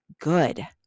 good